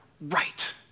right